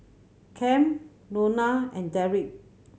Cam Lona and Derick